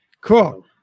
cool